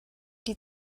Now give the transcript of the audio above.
die